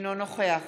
אינו נוכח